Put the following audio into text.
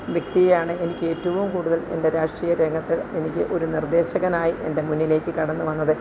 വ്യക്തിയെയാണ് എനിക്ക് ഏറ്റവും കൂടുതൽ എൻ്റെ രാഷ്ട്രീയ രംഗത്ത് എനിക്ക് ഒരു നിർദ്ദേശകനായി എൻ്റെ മുന്നിലേക്ക് കടന്നു വന്നത്